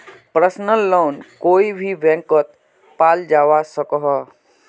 personal loan कोए भी बैंकोत पाल जवा सकोह